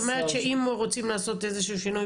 זאת אומרת שאם רוצים לעשות איזה שינוי שינוי